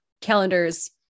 calendars